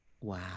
Wow